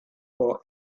for